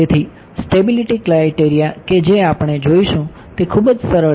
તેથી stability criteria કે જે આપણે જોઈશું તે ખૂબ જ સરળ છે